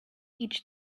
each